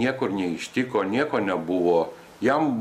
niekur neištiko nieko nebuvo jam